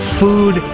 food